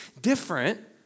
different